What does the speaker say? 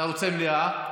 אתה רוצה מליאה?